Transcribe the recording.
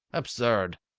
absurd!